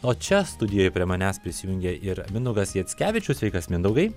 o čia studijoj prie manęs prisijungė ir mindaugas jackevičius sveikas mindaugai